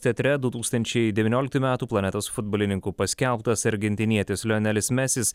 teatre du tūkstančiai devynioliktųjų metų planetos futbolininku paskelbtas argentinietis lionelis mesis